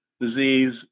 disease